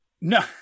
No